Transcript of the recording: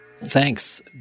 Thanks